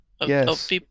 Yes